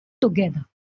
together